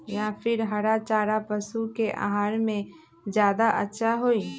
या फिर हरा चारा पशु के आहार में ज्यादा अच्छा होई?